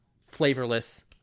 flavorless